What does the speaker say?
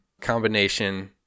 combination